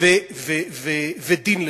ודין לחוד.